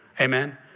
Amen